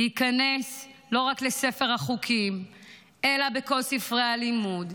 ייכנס לא רק לספר החוקים אלא לכל ספרי הלימוד.